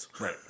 Right